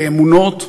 באמונות,